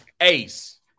Ace